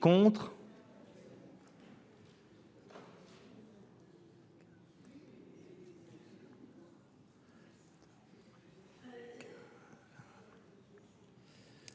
contre